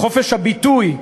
חופש הביטוי,